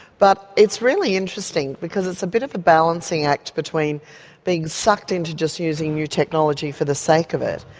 but it's really interesting because it's a bit of a balancing act between being sucked in to just using new technology for the sake of it,